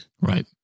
Right